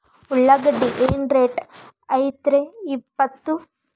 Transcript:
ಉಳ್ಳಾಗಡ್ಡಿ ಏನ್ ರೇಟ್ ಐತ್ರೇ ಇಪ್ಪತ್ತು?